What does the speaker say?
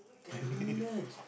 ten millions